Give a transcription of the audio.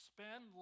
Spend